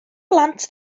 blant